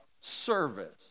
service